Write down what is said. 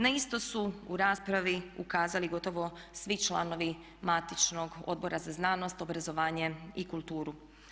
Na isto su u raspravi ukazali gotovo svi članovi matičnog Odbora za znanost, obrazovanje i kulturu.